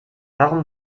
warum